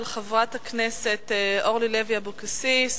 של חברת הכנסת אורלי לוי אבקסיס,